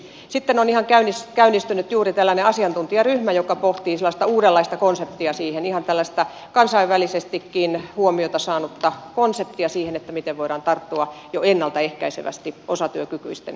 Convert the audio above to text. sitten on ihan käynnistynyt juuri tällainen asiantuntijaryhmä joka pohtii sellaista uudenlaista konseptia ihan tällaista kansainvälisestikin huomiota saanutta konseptia siihen miten voidaan tarttua jo ennalta ehkäisevästi osatyökykyisten tilanteeseen